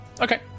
okay